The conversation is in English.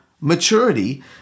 maturity